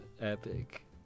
epic